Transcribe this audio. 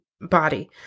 body